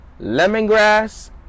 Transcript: lemongrass